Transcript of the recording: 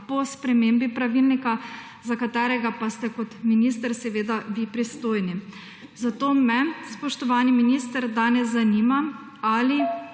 po spremembi pravilnika, za katerega pa ste kot minister seveda pristojni vi. Zato me, spoštovani minister, danes zanima: Ali